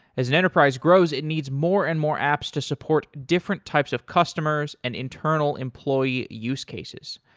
as an enterprise grows, it needs more and more apps to support different types of customers and internal employee use cases.